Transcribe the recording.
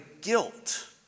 guilt